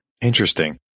Interesting